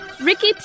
Ricky